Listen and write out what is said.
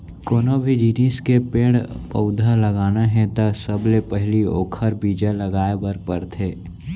कोनो भी जिनिस के पेड़ पउधा लगाना हे त सबले पहिली ओखर बीजा लगाए बर परथे